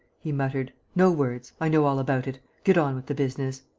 he muttered. no words. i know all about it. get on with the business.